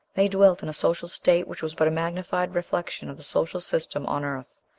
they dwelt in a social state which was but a magnified reflection of the social system on earth.